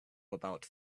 about